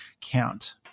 count